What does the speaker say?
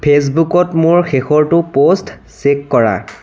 ফেচবুকত মোৰ শেষৰটো প'ষ্ট চেক কৰা